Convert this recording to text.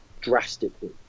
drastically